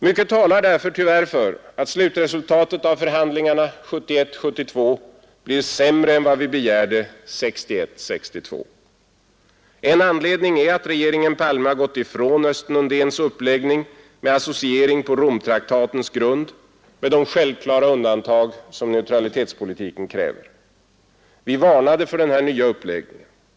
Mycket talar därför tyvärr för att slutresultatet av förhandlingarna 1971—1972 blir sämre än vad vi begärde 1961—1962. En anledning är att regeringen Palme gått ifrån Östen Undéns uppläggning med associering på Romtraktatens grund med de självklara undantag som neutralitetspolitiken kräver. Vi varnade för den här nya uppläggningen.